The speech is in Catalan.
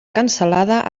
cansalada